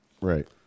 right